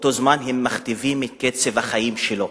באותו זמן הם מכתיבים את קצב החיים שלו.